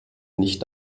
nicht